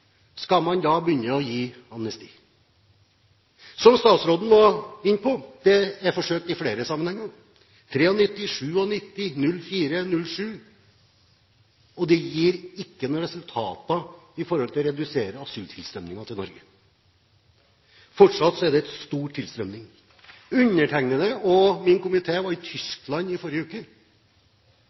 Skal man da begynne å gi amnesti? Som statsråden var inne på, er det forsøkt i flere sammenhenger, i 1993, i 1997, i 2004 og i 2007, og det gir ingen resultater med hensyn til å redusere asyltilstrømningen til Norge. Fortsatt er det stor tilstrømning. Undertegnede – og justiskomiteen – var i Tyskland i forrige uke.